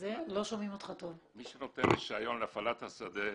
7.5 מיליון שקלים הוצאה חד-פעמית.